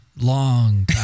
long